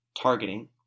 targeting